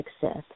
success